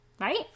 Right